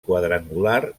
quadrangular